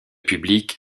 public